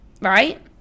right